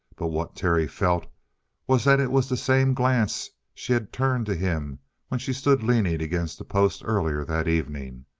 but what terry felt was that it was the same glance she had turned to him when she stood leaning against the post earlier that evening.